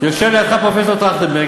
יושב לידך פרופסור טרכטנברג,